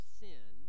sin